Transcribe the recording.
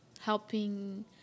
helping